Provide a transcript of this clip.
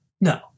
No